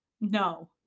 No